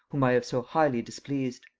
whom i have so highly displeased.